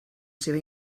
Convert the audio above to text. seva